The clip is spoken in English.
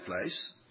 place